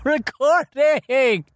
recording